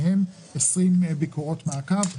מהם כ-20 ביקורות מעקב.